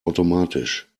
automatisch